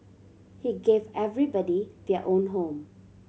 he gave everybody their own home